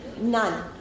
None